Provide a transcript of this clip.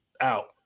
Out